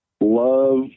love